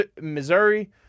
Missouri